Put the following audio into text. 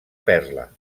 perla